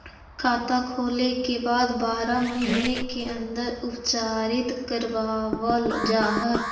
खाता खोले के बाद बारह महिने के अंदर उपचारित करवावल जा है?